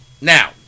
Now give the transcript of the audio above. Now